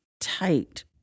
tight